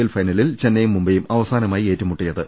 L ഫൈന ലിൽ ചെന്നൈയും മുംബൈയും അവസാനമായി ഏറ്റുമുട്ടിയത്